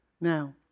Now